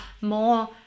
more